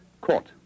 Court